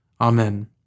Amen